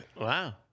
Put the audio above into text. Wow